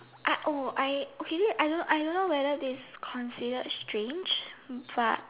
I oh I okay wait I don't know I don't know whether that consider strange but